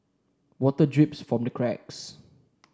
water drips from the cracks